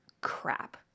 crap